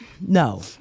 no